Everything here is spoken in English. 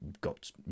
got